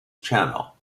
channel